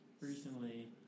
recently